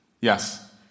Yes